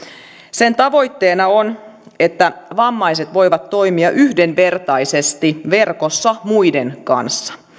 sen tavoitteena on että vammaiset voivat toimia yhdenvertaisesti verkossa muiden kanssa